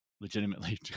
legitimately